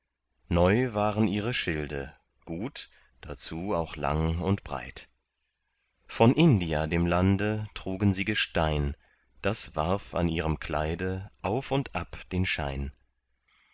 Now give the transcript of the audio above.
neu waren ihre schilde gut dazu auch lang und breit von india dem lande trugen sie gestein das warf an ihrem kleide auf und ab den schein